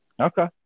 Okay